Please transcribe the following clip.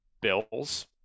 bills